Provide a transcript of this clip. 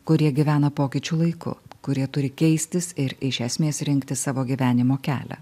kurie gyvena pokyčių laiku kurie turi keistis ir iš esmės rinktis savo gyvenimo kelią